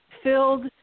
filled